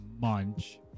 Munch